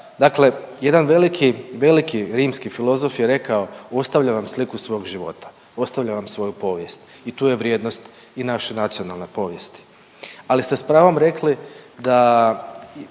dakle jedan veliki, veliki rimski filozof je rekao ostavljam vam sliku svog života, ostavljam vam svoju povijest i tu je vrijednost i naše nacionalne povijesti. Ali ste s pravom rekli da